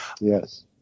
Yes